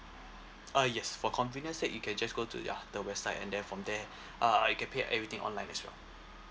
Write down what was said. uh yes for convenience sake you can just go to ya the website and then from there uh you can pay everything online as well